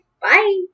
bye